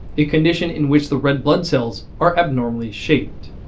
a condition in which the red blood cells are abnormally shaped.